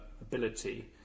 ability